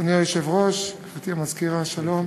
אדוני היושב-ראש, גברתי המזכירה, שלום,